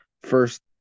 first